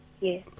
yes